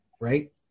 right